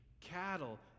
cattle